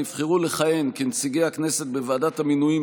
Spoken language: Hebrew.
נבחרו לכהן כנציגי הכנסת בוועדת המינויים